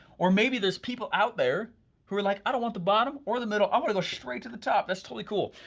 or maybe there's people out there who are like, i don't want the bottom or the middle, i wanna go straight to the top, that's totally cool.